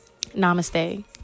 Namaste